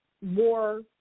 more